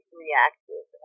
reactive